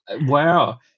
wow